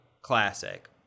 classic